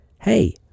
Hey